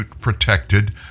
protected